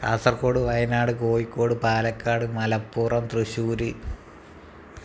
Kasaragod Wayanad Kozhikode Palakkad Malappuram Thrissur